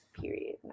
Period